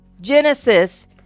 Genesis